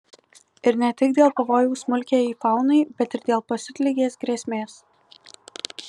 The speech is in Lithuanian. ir ne tik dėl pavojaus smulkiajai faunai bet ir dėl pasiutligės grėsmės